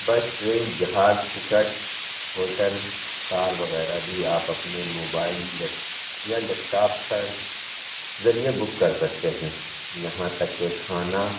بس ٹرین جہاز ticket hotel car وغیرہ بھی آپ اپنے موبائل یا لیپ ٹاپ کا ذریعے بک کر سکتے ہیں یہاں تک کہ کھانا